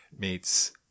meets